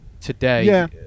today